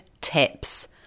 tips